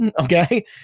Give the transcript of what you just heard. Okay